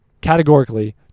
categorically